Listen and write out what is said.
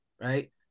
right